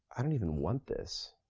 i don't even want this.